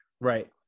right